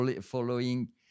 Following